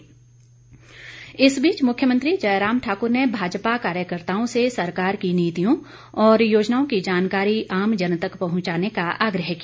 जयराम इस बीच मुख्यमंत्री जयराम ठाक्र ने भाजपा कार्यकर्ताओं से सरकार की नीतियों और योजनाओं की जानकारी आमजन तक पहुंचाने का आग्रह किया